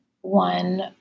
one